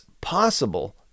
possible